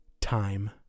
time